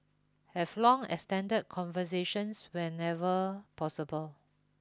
have long extended conversations wherever possible